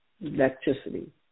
electricity